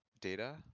data